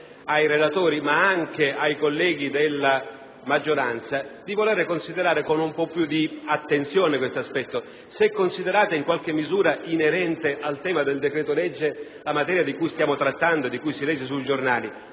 ai relatori, ma anche ai colleghi della maggioranza, di voler considerare con più attenzione questo aspetto. Se ritenete in qualche misura inerente al tema del decreto-legge la materia di cui stiamo trattando e di cui si legge sui giornali,